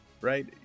right